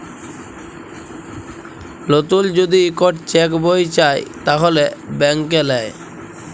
লতুল যদি ইকট চ্যাক বই চায় তাহলে ব্যাংকে লেই